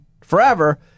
forever